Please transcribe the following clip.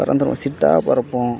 பறந்துடுவோம் சிட்டாக பறப்போம்